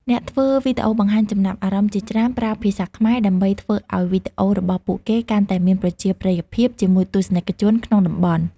អ្នកធ្វើវីដេអូបង្ហាញចំណាប់អារម្មណ៍ជាច្រើនប្រើភាសាខ្មែរដើម្បីធ្វើឱ្យវីដេអូរបស់ពួកគេកាន់តែមានប្រជាប្រិយភាពជាមួយទស្សនិកជនក្នុងតំបន់។